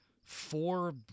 Four